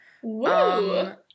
Whoa